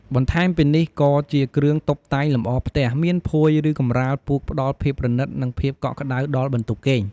បន្ថែមពីនេះ ក៏ជាគ្រឿងតុបតែងលម្អផ្ទះ មានភួយ ឬកម្រាលពូកផ្តល់ភាពប្រណិត និងភាពកក់ក្តៅដល់បន្ទប់គេង។